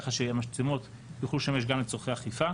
ככה שהמצלמות יוכלו לשמש גם לצרכי אכיפה.